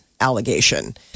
allegation